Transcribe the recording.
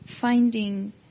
finding